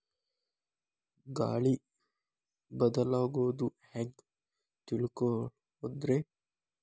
ಗಾಳಿ ಬದಲಾಗೊದು ಹ್ಯಾಂಗ್ ತಿಳ್ಕೋಳೊದ್ರೇ?